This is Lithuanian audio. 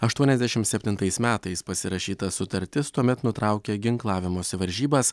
aštuoniasdešimt septintais metais pasirašyta sutartis tuomet nutraukė ginklavimosi varžybas